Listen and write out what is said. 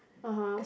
(uh huh)